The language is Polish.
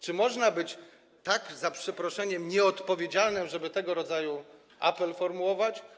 Czy można być tak, za przeproszeniem, nieodpowiedzialnym, żeby tego rodzaju apel formułować?